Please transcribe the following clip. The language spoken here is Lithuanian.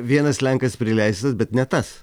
vienas lenkas prileistas bet ne tas